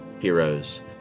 heroes